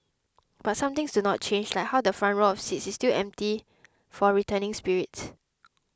but some things do not change like how the front row of seats is still empty for returning spirits